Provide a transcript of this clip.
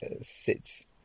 sits